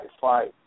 fight